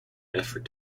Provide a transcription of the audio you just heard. effort